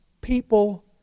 people